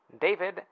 David